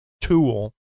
tool